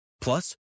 Plus